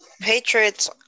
Patriots